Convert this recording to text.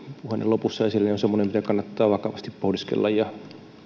puheenne lopussa esille on semmoinen mitä kannattaa vakavasti pohdiskella ja